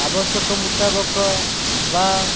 ଆବଶ୍ୟକ ମୁତାବକ ବା